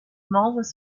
membres